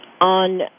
on